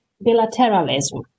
bilateralism